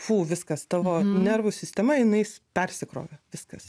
fu viskas tavo nervų sistema jinais persikrovė viskas